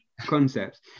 concepts